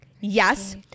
Yes